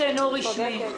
רשמי.